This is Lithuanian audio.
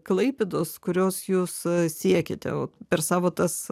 klaipėdos kurios jūs siekiate per savo tas